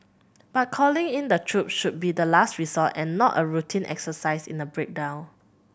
but calling in the troops should be the last resort and not a routine exercise in a breakdown